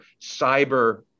cyber